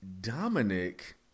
Dominic